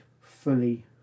fully